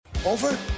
Over